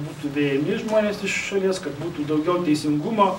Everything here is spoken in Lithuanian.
būtų vejami žmonės iš šalies kad būtų daugiau teisingumo